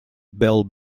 bell